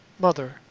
mother